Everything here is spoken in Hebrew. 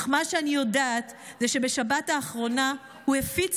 אך מה שאני יודעת זה שבשבת האחרונה הוא הפיץ